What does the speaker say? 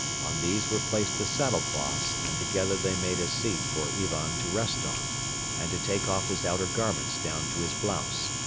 on these were placed the saddle cloths and together they made a seat for ivan to rest on and to take off his outer garments down to his blouse.